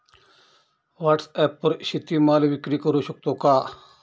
व्हॉटसॲपवर शेती माल विक्री करु शकतो का?